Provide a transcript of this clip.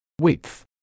Width